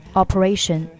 operation